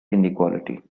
inequality